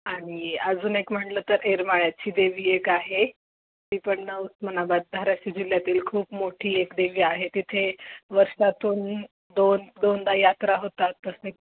आणि अजून एक म्हटलं तर येरमाळ्याची देवी एक आहे ती पण उस्मानाबाद धाराशिव जिल्ह्यातील खूप मोठी एक देवी आहे तिथे वर्षातून दोन दोनदा यात्रा होतात तसे